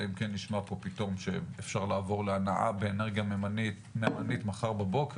אלא אם כן נשמע פה פתאום שאפשר לעבור להנעה באנרגיה מימנית מחר בבוקר,